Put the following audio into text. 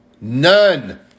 None